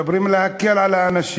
מדברים על להקל על האנשים,